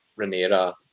Renera